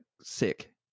sick